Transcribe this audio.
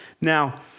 Now